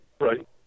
Right